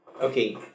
Okay